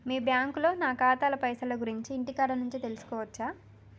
మీ బ్యాంకులో నా ఖాతాల పైసల గురించి ఇంటికాడ నుంచే తెలుసుకోవచ్చా?